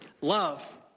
love